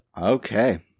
Okay